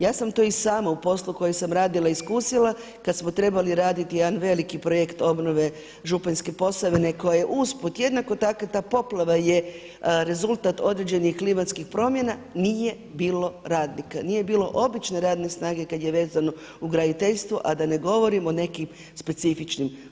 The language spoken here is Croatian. Ja sam to i sama u poslu koji sam radila iskusila, kada smo trebali raditi jedan veliki projekt obnove Županjske Posavine koja je usput jednako tako, ta poplava je rezultat određenih promjena nije bilo radnika, nije bilo obične radne snage kada je vezano uz graditeljstvo a da ne govorim o nekim specifičnim.